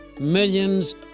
Millions